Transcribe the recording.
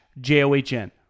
J-O-H-N